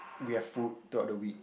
we have food throughout the week